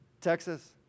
Texas